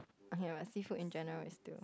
okay but seafood in general is still